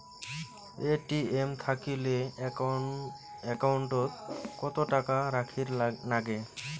ATM থাকিলে account ওত কত টাকা রাখীর নাগে?